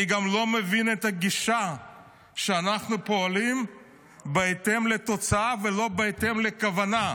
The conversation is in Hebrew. אני גם לא מבין את הגישה שאנחנו פועלים בהתאם לתוצאה ולא בהתאם לכוונה.